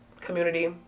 community